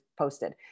posted